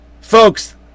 folks